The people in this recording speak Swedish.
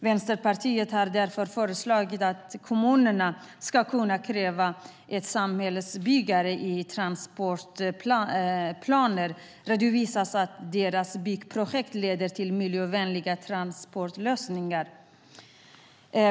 Vänsterpartiet har därför föreslagit att kommunerna ska kunna kräva att samhällsbyggare i transportplaner redovisar att deras byggprojekt leder till miljövänliga transportlösningar.